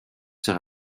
ses